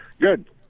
Good